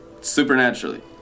Supernaturally